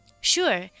Sure